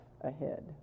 ahead